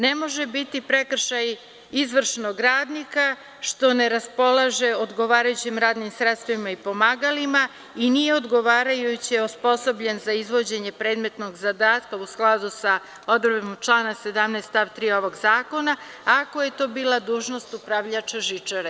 Ne može biti prekršaj izvršnog radnika što ne raspolaže odgovarajućim radnim sredstvima i pomagalima i nije odgovarajuće osposobljen za izvođenje predmetnog zadatka, u skladu sa odredbom člana 17. stav 3. ovog zakona, ako je to bila dužnost upravljača žičare.